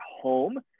home